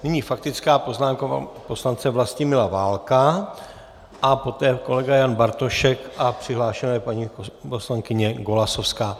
Nyní faktická poznámka pana poslance Vlastimila Válka a poté kolega Jan Bartošek a přihlášena je paní poslankyně Golasowská.